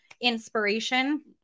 inspiration